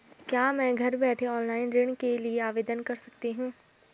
क्या मैं घर बैठे ऑनलाइन ऋण के लिए आवेदन कर सकती हूँ?